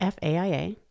FAIA